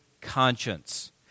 conscience